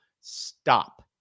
Stop